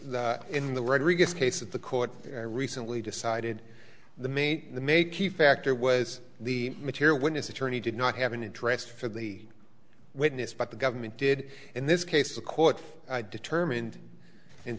case that the court recently decided the maid the maid key factor was the material witness attorney did not have an addressed for the witness but the government did in this case the court determined and